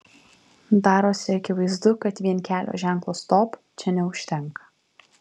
darosi akivaizdu kad vien kelio ženklo stop čia neužtenka